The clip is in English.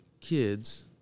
kids –